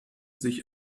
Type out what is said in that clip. sich